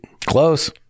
Close